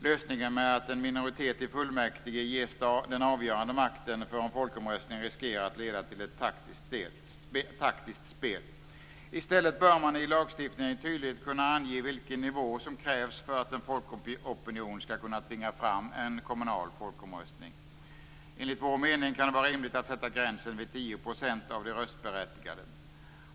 Lösningen med att en minoritet i fullmäktige ges den avgörande makten för en folkomröstning riskerar att leda till ett taktiskt spel. I stället bör man i lagstiftningen tydligt kunna ange vilken nivå som krävs för att en folkopinion skall kunna tvinga fram en kommunal folkomröstning. Enligt vår mening kan det vara rimligt att sätta gränsen vid 10 % av de röstberättigade.